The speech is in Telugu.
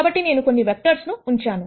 కాబట్టి నేను కొన్నివెక్టర్స్ ను ఉంచాను